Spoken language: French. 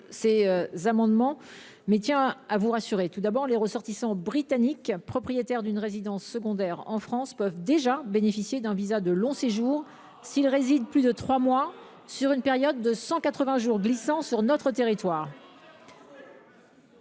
ces amendements et je tiens à vous rassurer : les ressortissants britanniques propriétaires d’une résidence secondaire en France peuvent d’ores et déjà bénéficier d’un visa de long séjour, s’ils résident plus de trois mois sur une période de cent quatre vingts jours glissants sur notre territoire.